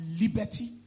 liberty